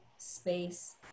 space